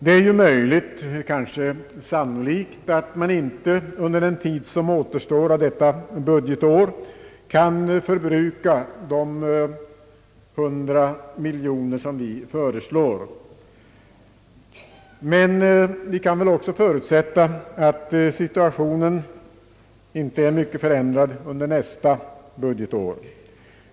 Det är möjligt, kanske sannolikt, att man inte under den tid som återstår av detta budgetår kan förbruka de hundra miljoner som vi föreslår. Men vi kan väl också förutsätta att situationen inte är så mycket förändrad nästa budgetår.